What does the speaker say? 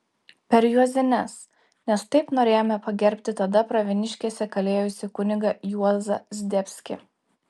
per juozines nes taip norėjome pagerbti tada pravieniškėse kalėjusi kunigą juozą zdebskį